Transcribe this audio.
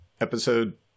Episode